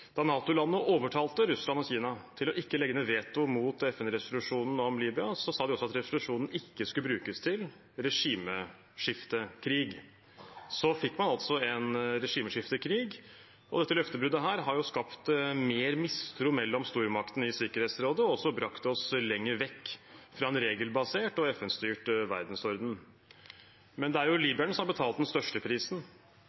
Da NATO-landene overtalte Russland og Kina til ikke å legge ned veto mot FN-resolusjonen om Libya, sa de også at resolusjonen ikke skulle brukes til regimeskiftekrig. Så fikk man altså en regimeskiftekrig, og dette løftebruddet her har skapt mer mistro mellom stormaktene i Sikkerhetsrådet og også brakt oss lenger vekk fra en regelbasert og FN-styrt verdensorden. Men det er